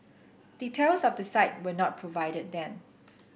details of the site were not provided then